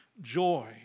joy